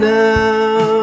now